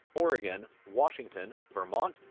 oregon, washington, vermont,